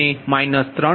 337 degree મળશે